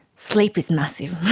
sleep is massive,